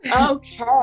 Okay